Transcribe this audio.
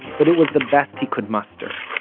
but it was the best he could muster.